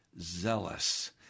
zealous